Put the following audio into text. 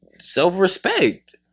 self-respect